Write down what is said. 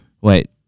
wait